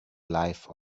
life